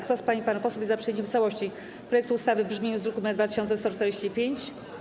Kto z pań i panów posłów jest za przyjęciem w całości projektu ustawy w brzmieniu z druku nr 2145?